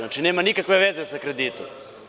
Znači, nema nikakve veze sa kreditom.